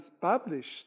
published